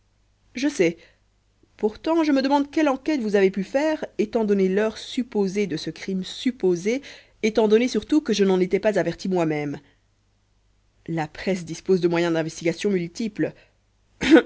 je sais pourtant je me demande quelle enquête vous avez pu faire étant donnée l'heure supposée de ce crime supposé étant donné surtout que je n'en étais pas averti moi-même la presse dispose de moyens d'investigations multiples